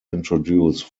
introduce